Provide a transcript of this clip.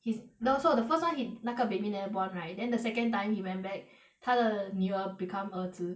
his the also the first [one] he 那个 baby never born right then the second time he went back 他的女儿 become 儿子